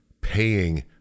paying